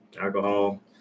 Alcohol